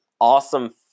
awesome